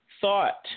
thought